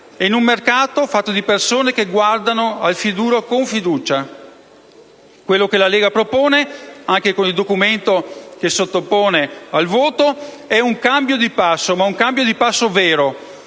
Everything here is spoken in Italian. e in un mercato fatto di persone che guardano al futuro con fiducia. Quello che la Lega propone, anche con il documento che sottopone al voto, è un cambio di passo, ma un cambio di passo vero.